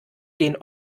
gehen